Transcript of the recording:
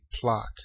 plot